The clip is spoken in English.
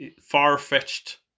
far-fetched